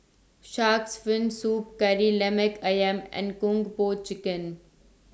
Shark's Fin Soup Kari Lemak Ayam and Kung Po Chicken